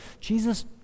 Jesus